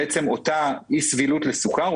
בעצם אותה אי-סבילות לסוכר,